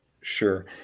Sure